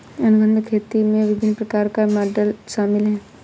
अनुबंध खेती में विभिन्न प्रकार के मॉडल शामिल हैं